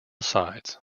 sides